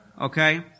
okay